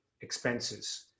expenses